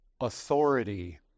authority